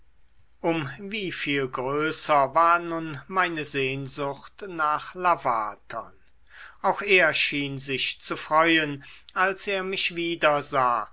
um wie viel größer war nun meine sehnsucht nach lavatern auch er schien sich zu freuen als er mich wiedersah